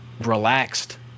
relaxed